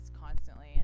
constantly